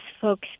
folks